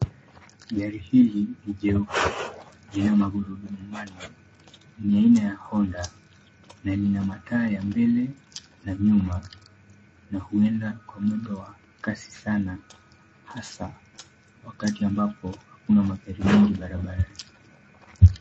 Gari hili lenye magurudumu manne ni aina ya Honda na lina mataa ya mbele na nyuma na huenda kwa mwendo wa kasi sana hasa wakati ambapo hakuna magari mengi barabarani.